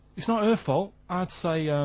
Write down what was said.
it's not her fault. i'd say, em.